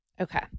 Okay